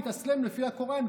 התאסלם לפי הקוראן,